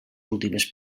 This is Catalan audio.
últimes